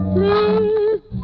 Please